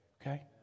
Okay